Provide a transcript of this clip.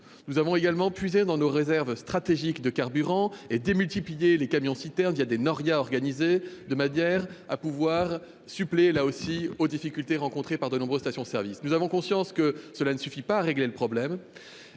Nous avons également puisé dans nos réserves stratégiques de carburant et multiplié le recours à des camions-citernes dans une noria organisée de manière à remédier aux difficultés rencontrées par de nombreuses stations-service. Néanmoins, nous avons conscience que cela ne suffit pas à régler le problème.